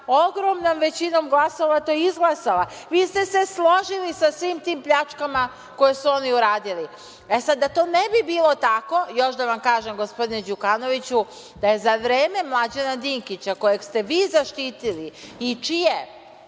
ogromnom većinom glasova to izglasala, i vi ste se složili sa svim tim pljačkama, koje su oni uradili.E sada, da to ne bi bilo tako, još da vam kažem gospodine Đukanoviću, da je za vreme Mlađana Dinkića, koga ste vi zaštitili i čije